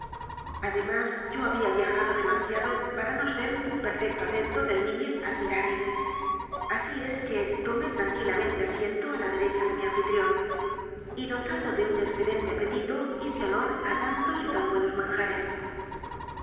además yo había viajado demasiado para no ser un perfecto adepto del nihil admiran así es que tomó tranquilamente asiento á la derecha de mi anfitrión y dotado de un excelente apetito hice honor á tantos y tan buenos manjares